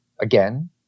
again